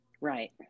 Right